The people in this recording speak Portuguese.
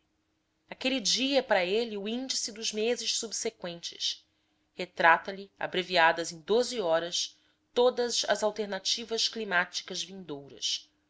aquele dia é para ele o índice dos meses subseqüentes retrata lhe abreviadas em doze horas todas as alternativas climáticas vindouras